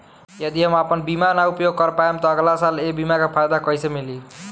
यदि हम आपन बीमा ना उपयोग कर पाएम त अगलासाल ए बीमा के फाइदा कइसे मिली?